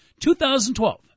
2012